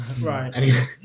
Right